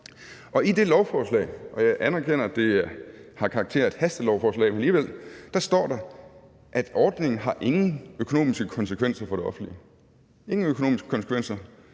hvori der står – og jeg anerkender, at det har karakter af et hastelovforslag, men alligevel – at ordningen ingen økonomiske konsekvenser har for det offentlige, ingen økonomiske konsekvenser,